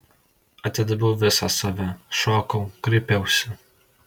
atidaviau visą save šokau kraipiausi